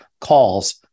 calls